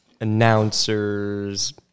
announcers